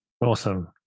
awesome